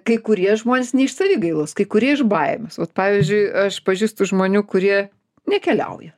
kai kurie žmonės ne iš savigailos kai kurie iš baimės va pavyzdžiui aš pažįstu žmonių kurie nekeliauja